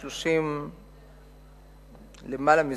המצב הנוכחי ולכן לא אכנס לזה.